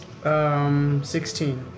16